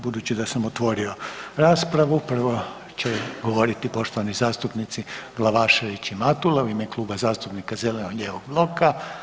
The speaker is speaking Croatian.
Budući da sam otvorio raspravu prvo će govoriti poštovani zastupnici Glavašević i Matula u ime Kluba zastupnika zeleno-lijevog bloka.